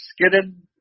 skidded